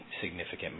significant